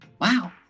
wow